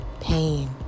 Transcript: pain